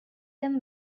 them